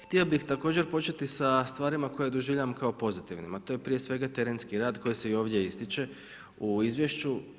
Htio bih također početi sa stvarima koje doživljavam kao pozitivnima, a to je prije svega terenski rad koji se i ovdje ističe u izvješću.